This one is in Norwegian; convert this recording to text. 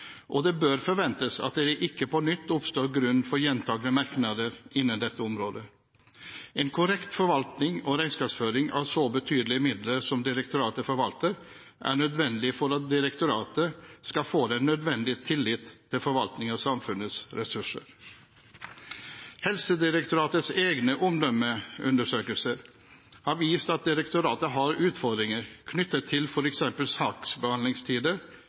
og det bør forventes at det ikke på nytt oppstår grunn for gjentatte merknader innen dette området. En korrekt forvaltning og regnskapsføring av så betydelige midler som direktoratet forvalter, er nødvendig for at direktoratet skal få den nødvendige tillit til forvaltning av samfunnets ressurser. Helsedirektoratets egne omdømmeundersøkelser har vist at direktoratet har utfordringer knyttet til f.eks. saksbehandlingstider